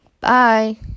bye